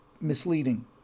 misleading